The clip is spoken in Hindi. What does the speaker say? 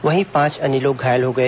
वहीं पांच अन्य लोग घायल हो गए